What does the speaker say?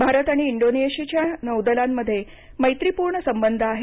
भारत आणि इंडोनेशियाच्या नौदलांमध्ये मैत्रीपूर्ण संबध आहेत